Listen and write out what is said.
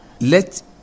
Let